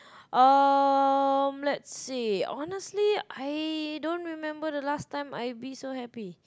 um let's see honestly I don't remember the last time I be so happy